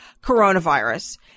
coronavirus